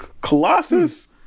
Colossus